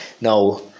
now